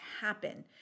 happen